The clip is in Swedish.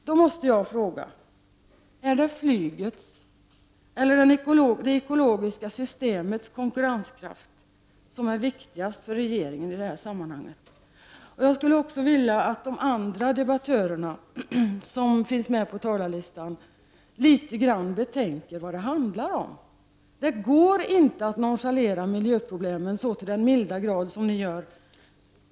Då måste jag fråga: Är det flygets eller är det det ekologiska systemets konkurrenskraft som är viktigast för regeringen i det här sammanhanget? Jag skulle också vilja att de andra debattörer som är upptagna på talarlistan litet grand betänkte vad det handlar om. Det går inte att nonchalera miljöproblemen så till den milda grad som ni gör.